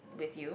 with you